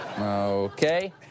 Okay